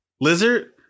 lizard